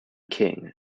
king